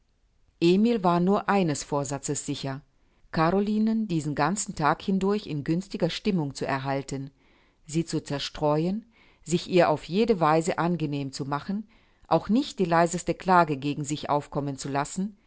emil war nur eines vorsatzes sicher carolinen diesen ganzen tag hindurch in günstiger stimmung zu erhalten sie zu zerstreuen sich ihr auf jede weise angenehm zu machen auch nicht die leiseste klage gegen sich aufkommen zu lassen